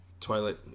Twilight